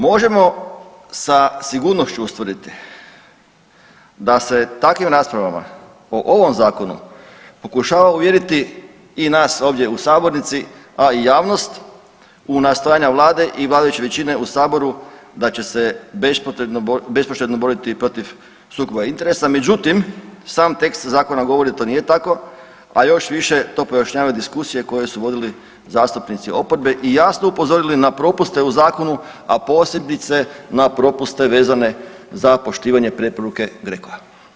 Možemo sa sigurnošću ustvrditi da se takvim raspravama o ovom zakonu pokušava uvjeriti i nas ovdje u sabornici, a i javnost u nastojanja vlade i vladajuće većine u saboru da će se bespoštedno boriti protiv sukoba interesa, međutim sam tekst zakona govori to nije tako, a još više to pojašnjavaju diskusije koje su vodili zastupnici oporbe i jasno upozorili na propuste u zakonu, a posebice na propuste vezane za poštivanje preporuke GRECO-a.